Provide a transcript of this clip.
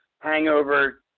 hangover